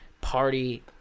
party